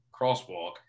Crosswalk